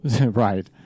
right